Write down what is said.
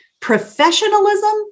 Professionalism